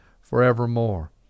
forevermore